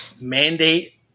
mandate